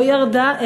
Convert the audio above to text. לא ירדה,